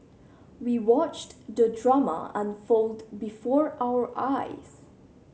we watched the drama unfold before our eyes